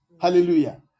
Hallelujah